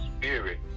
spirit